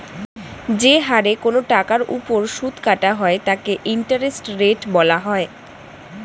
যে হারে কোন টাকার উপর সুদ কাটা হয় তাকে ইন্টারেস্ট রেট বলা হয়